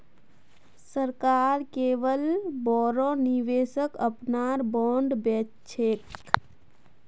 सरकार केवल बोरो निवेशक अपनार बॉन्ड बेच छेक